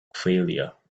failure